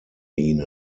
ihnen